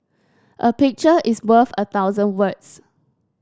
a picture is worth a thousand words